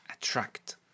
attract